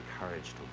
encouraged